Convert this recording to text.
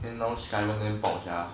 damn long simon never box sia